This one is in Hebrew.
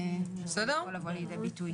שזה יכול לבוא לידי ביטוי.